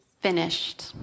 finished